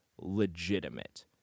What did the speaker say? legitimate